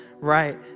right